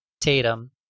Tatum